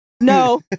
No